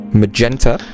magenta